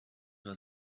war